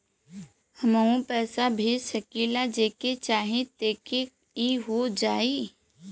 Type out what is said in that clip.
हमहू पैसा भेज सकीला जेके चाही तोके ई हो जाई?